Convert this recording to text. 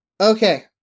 Okay